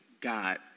God